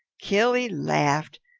killy laughed.